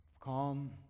calm